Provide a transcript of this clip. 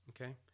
okay